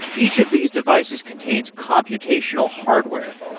each of these devices contains computational hardware.